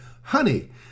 honey